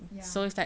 ya